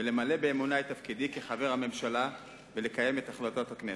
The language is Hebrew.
למלא באמונה את תפקידי כחבר הממשלה ולקיים את החלטות הכנסת.